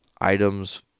items